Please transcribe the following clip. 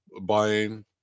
buying